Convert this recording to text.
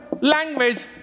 language